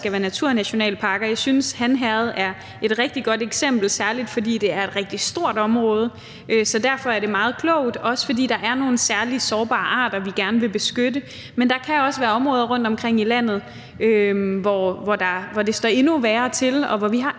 skal være naturnationalparker. Jeg synes, at Han Herred er et rigtig godt eksempel, særlig fordi det er et rigtig stort område. Så derfor er det meget klogt. Der er også nogle særlig sårbare arter, vi gerne vil beskytte. Men der kan også være områder rundtomkring i landet, hvor det står endnu værre til, og hvor vi har